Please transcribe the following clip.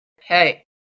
hey